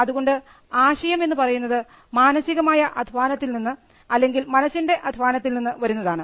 അതുകൊണ്ട് ആശയം എന്ന് പറയുന്നത് മാനസികമായ അധ്വാനത്തിൽ നിന്ന് അല്ലെങ്കിൽ മനസ്സിൻറെ അധ്വാനത്തിൽ നിന്ന് വരുന്നതാണ്